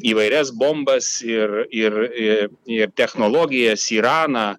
įvairias bombas ir ir i technologijas iraną